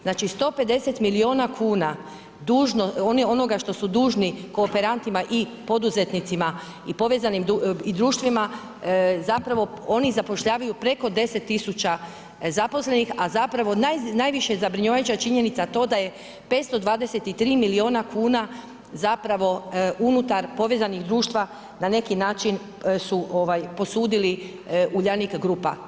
Znači 150 milijuna kuna onoga što su dužni kooperantima i poduzetnicima i povezanim društvima, zapravo oni zapošljavaju preko 10 tisuća zaposlenih a zapravo najviše zabrinjavajuća činjenica je to da je 523 milijuna kuna zapravo unutar povezanih društva na neki način su posudili Uljanik grupa.